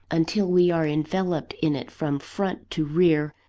until we are enveloped in it from front to rear,